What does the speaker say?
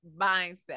mindset